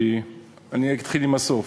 אני אתחיל מהסוף.